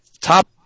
top